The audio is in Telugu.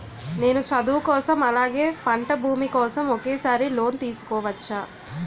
నేను చదువు కోసం అలాగే పంట భూమి కోసం ఒకేసారి లోన్ తీసుకోవచ్చా?